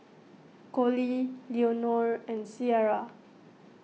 Colie Leonore and Ciera